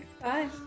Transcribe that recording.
Bye